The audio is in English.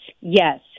yes